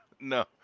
No